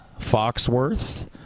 Foxworth